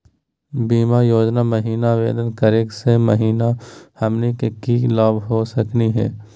बीमा योजना महिना आवेदन करै स हमनी के की की लाभ हो सकनी हे?